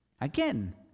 Again